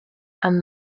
and